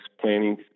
planning